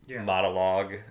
monologue